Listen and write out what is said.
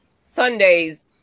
Sunday's